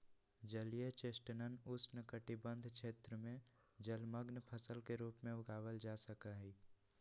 जलीय चेस्टनट उष्णकटिबंध क्षेत्र में जलमंग्न फसल के रूप में उगावल जा सका हई